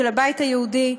של הבית היהודי.